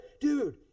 dude